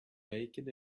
making